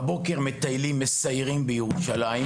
בבוקר מטיילים ומסיירים בירושלים,